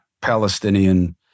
Palestinian